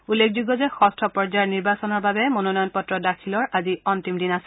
উল্লেখযোগ্য যে ষষ্ঠ পৰ্যায়ৰ নিৰ্বাচনৰ বাবে মনোনয়ন পত্ৰ দাখিলৰ আজি অন্তিম দিন আছিল